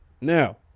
Now